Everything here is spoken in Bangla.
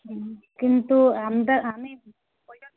হুম কিন্তু আমরা আমি ওইটা